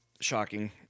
Shocking